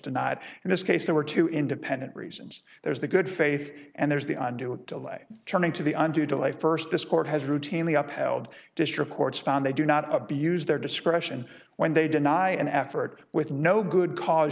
denied in this case there were two independent reasons there's the good faith and there's the undo a delay turning to the undue delay first this court has routinely upheld district courts found they do not abuse their discretion when they deny an effort with no good cause